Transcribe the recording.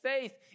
faith